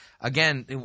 Again